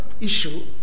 issue